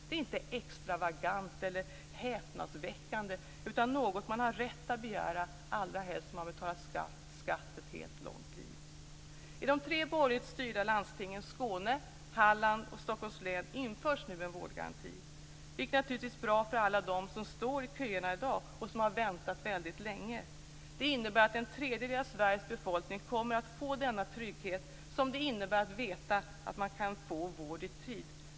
Det är inte extravagant eller häpnadsväckande utan något man har rätt att begära, allra helst när man har betalat skatt ett helt långt liv. I de tre borgerligt styrda landstingen Skåne, Halland och Stockholms län införs nu en vårdgaranti. Det är naturligtvis bra för alla dem som står i köerna i dag och som har väntat väldigt länge. Det innebär att en tredjedel av Sveriges befolkning kommer att få denna trygghet som det innebär att veta att man kan få vård i tid.